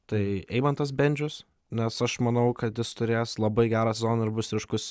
tai eimantas bendžius nes aš manau kad jis turės labai gerą sezoną ir bus ryškus